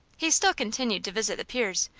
he still continued to visit the piers,